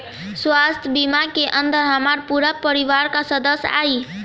स्वास्थ्य बीमा के अंदर हमार पूरा परिवार का सदस्य आई?